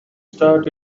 start